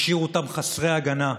השאירו אותם חסרי הגנה.